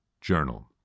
journal